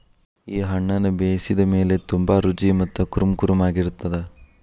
ಈ ಹಣ್ಣುನ ಬೇಯಿಸಿದ ಮೇಲ ತುಂಬಾ ರುಚಿ ಮತ್ತ ಕುರುಂಕುರುಂ ಆಗಿರತ್ತದ